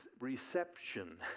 reception